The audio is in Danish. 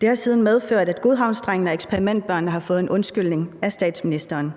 Det har siden medført, at godhavnsdrengene og eksperimentbørnene har fået en undskyldning af statsministeren.